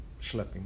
schlepping